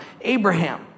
Abraham